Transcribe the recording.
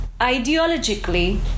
ideologically